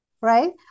right